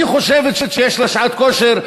היא חושבת שיש לה שעת כושר,